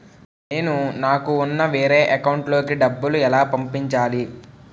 నేను నాకు ఉన్న వేరే అకౌంట్ లో కి డబ్బులు ఎలా పంపించాలి?